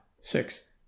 six